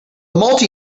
multi